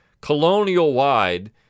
colonial-wide